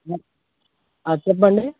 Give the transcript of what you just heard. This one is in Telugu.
చెప్పండి